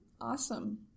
awesome